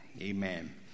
Amen